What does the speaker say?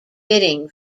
bidding